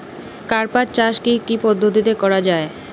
কার্পাস চাষ কী কী পদ্ধতিতে করা য়ায়?